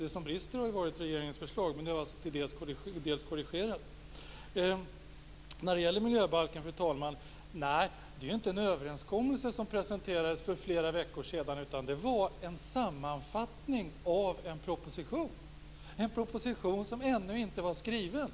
Det som brister har ju varit regeringens förslag, men nu har det till dels korrigerats. När det gäller miljöbalken, fru talman, var det ju inte en överenskommelse som presenterades för flera veckor sedan utan en sammanfattning av en proposition, en proposition som ännu inte var skriven!